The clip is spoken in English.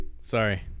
Sorry